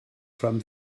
from